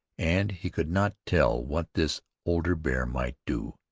and he could not tell what this older bear might do.